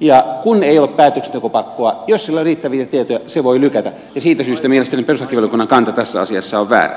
ja kun ei ole päätöksentekopakkoa jos sillä ei ole riittäviä tietoja se voi lykätä ja siitä syystä mielestäni perustuslakivaliokunnan kanta tässä asiassa on väärä